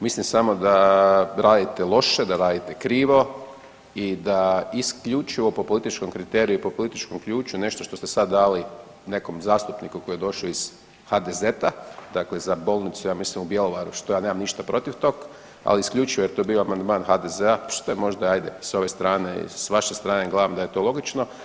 Mislim samo da radite loše, da radite krivo i da isključivo po političkom kriteriju i po političkom ključu nešto što ste sad dali nekom zastupniku koji je došao iz HDZ-a, dakle ja mislim za bolnicu ja mislim u Bjelovaru što ja nemam ništa protiv tog ali isključivo jer je to bio amandman HDZ-a što je možda hajde sa ove strane i sa vaše strane glavno da je to logično.